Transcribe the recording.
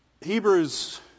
Hebrews